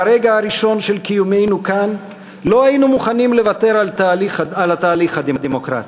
מהרגע הראשון של קיומנו כאן לא היינו מוכנים לוותר על התהליך הדמוקרטי.